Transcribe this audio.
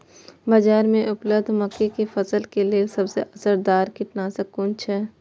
बाज़ार में उपलब्ध मके के फसल के लेल सबसे असरदार कीटनाशक कुन छै?